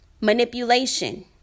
Manipulation